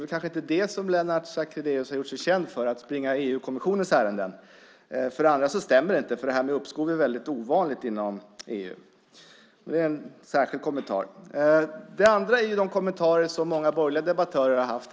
Lennart Sacrédeus har väl inte gjort sig känd för att springa EU-kommissionens ärenden. För det andra stämmer det inte. Det här med uppskov är väldigt ovanligt inom EU. Det är en särskild kommentar. Sedan gäller det de kommentarer som många borgerliga debattörer här har haft.